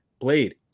Blade